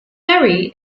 perry